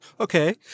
Okay